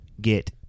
get